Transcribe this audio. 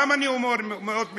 למה אני אומר מאות מיליונים?